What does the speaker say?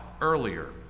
earlier